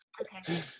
Okay